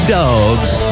dogs